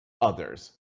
others